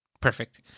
Perfect